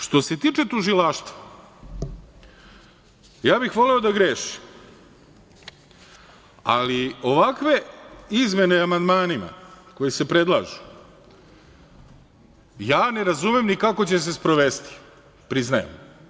Što se tiče tužilaštva, voleo bih da grešim, ali ovakve izmene amandmanima koje se predlažu, ne razumem ni kako će se sprovesti, priznajem.